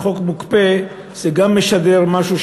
וגם חוק מוקפא משדר משהו,